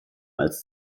als